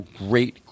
great